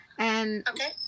Okay